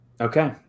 Okay